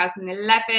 2011